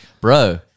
bro